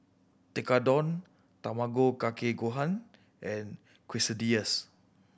Tekkadon Tamago Kake Gohan and Quesadillas